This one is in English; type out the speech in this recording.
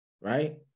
right